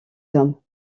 hommes